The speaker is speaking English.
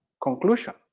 conclusion